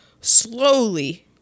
slowly